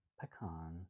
Pecan